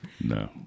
No